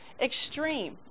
extreme